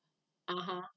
(uh huh)